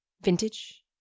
vintage